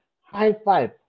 high-five